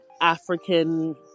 African